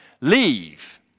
Leave